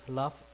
love